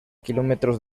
kilómetros